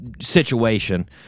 situation